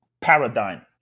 paradigm